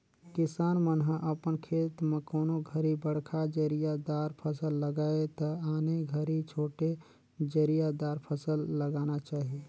किसान मन ह अपन खेत म कोनों घरी बड़खा जरिया दार फसल लगाये त आने घरी छोटे जरिया दार फसल लगाना चाही